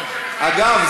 אגב,